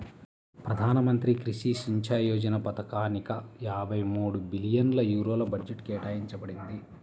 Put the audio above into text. ప్రధాన మంత్రి కృషి సించాయ్ యోజన పథకానిక యాభై మూడు బిలియన్ యూరోల బడ్జెట్ కేటాయించబడింది